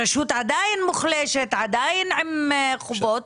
הרשות עדיין מוחלשת, עדיין עם חובות.